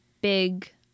big